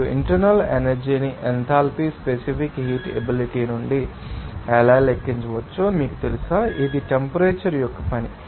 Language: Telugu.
మరియు ఇంటర్నల్ ఎనర్జీ ని ఎంథాల్పీ స్పెసిఫిక్ హీట్ ఎబిలిటీ నుండి ఎలా లెక్కించవచ్చో మీకు తెలుసా ఇది టెంపరేచర్ యొక్క పని